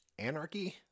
anarchy